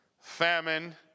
famine